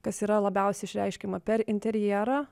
kas yra labiausiai išreiškiama per interjerą